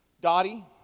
Dottie